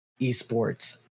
esports